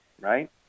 right